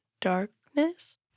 darkness